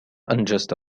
أنجزت